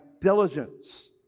Diligence